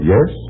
Yes